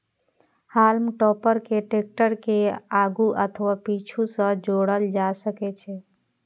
हाल्म टॉपर कें टैक्टर के आगू अथवा पीछू सं जोड़ल जा सकै छै